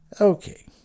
Okay